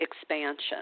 expansion